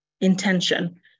intention